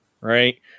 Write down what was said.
right